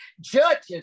judges